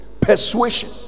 Persuasion